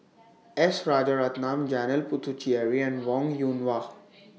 S Rajaratnam Janil Puthucheary and Wong Yoon Wah